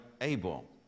Abel